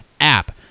app